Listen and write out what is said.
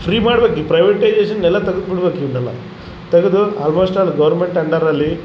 free ಮಾಡ್ಬೇಕು ಈ privatisation ಎಲ್ಲ ತೆಗ್ದು ಬಿಡಬೇಕು ಇವನ್ನೆಲ್ಲ ತೆಗೆದು ಅಲ್ಮೋಸ್ಟ್ ಆಲ್ ಗೋರ್ಮೆಂಟ್ ಅಂಡರಲ್ಲಿ